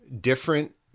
different